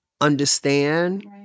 understand